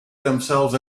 themselves